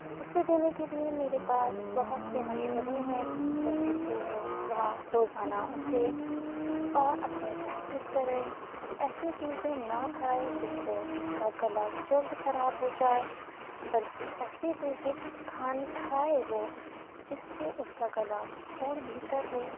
اُسے دینے کے لیے میرے پاس بہت سے مشورے ہیں جیسے کے وہ صُبح روزانہ اُٹھے اور اپنی پریکٹس کرے ایسی چیزیں نہ کھائے جس سے اُس کا گلا جلد خراب ہو جائے بلکہ ایسی چیزیں خان کھائے وہ جس سے اُس کا گلا اور بہتر ہو